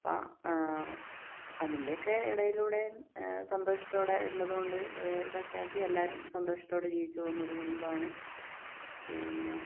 അപ്പൊൾ അതിൻ്റെയൊക്കെ ഇടയിലൂടേം സന്തോഷത്തോടെ ഉള്ളത് കൊണ്ട് ഇതൊക്കെ ആക്കി എല്ലാരും സന്തോഷത്തോടെ ജീവിച്ച് പോവുന്ന ഒരു കുടുംബമാണ് പിന്നെ